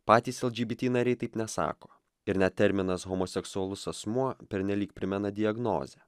patys lgbt nariai taip nesako ir net terminas homoseksualus asmuo pernelyg primena diagnozę